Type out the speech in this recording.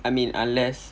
I mean unless